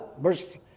verse